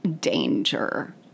danger